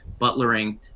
butlering